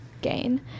gain